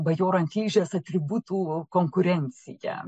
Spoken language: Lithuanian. bajoro ant ližės atributų konkurenciją